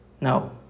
No